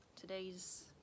today's